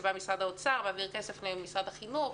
שבה משרד האוצר מעביר כסף למשרד החינוך,